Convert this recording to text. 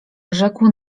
rzekł